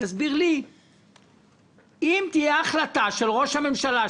אם תהיה החלטה של ראש הממשלה,